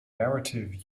narrative